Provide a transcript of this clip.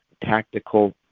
Tactical